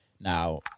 now